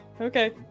Okay